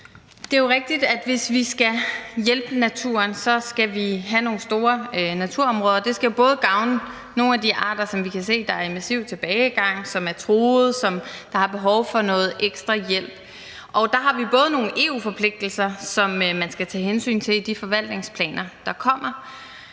Det er jo rigtigt, at hvis vi skal hjælpe naturen, så skal vi have nogle store naturområder, og det skal gavne nogle af de arter, som vi kan se er i massiv tilbagegang, som er truede, og som har behov for noget ekstra hjælp. Og der har vi nogle EU-forpligtelser, som man skal tage hensyn til i de forvaltningsplaner, der kommer,